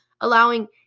allowing